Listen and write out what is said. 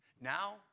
Now